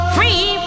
Free